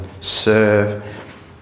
serve